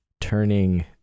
turning